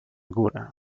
górę